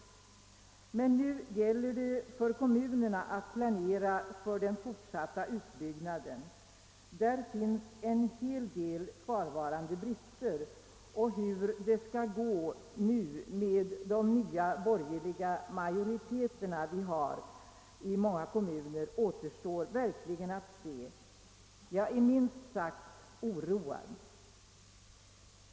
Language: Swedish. Men nu gäller det för kommunerna att planera för den fortsatta utbyggnaden. Där finns en hel del kvarvarande brister, och hur det skall gå nu med de nya borgerliga majoriteter vi har i en del kommuner återstår verkligen att se. Jag är minst sagt oroad.